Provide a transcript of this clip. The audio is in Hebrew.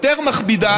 יותר מכבידה,